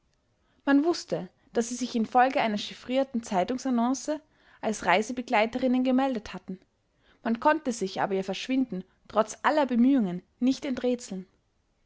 man wußte daß sie sich infolge einer chiffrierten zeitungsannonce als reisebegleiterinnen gemeldet hatten man konnte sich aber ihr verschwinden trotz aller bemühungen nicht